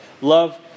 Love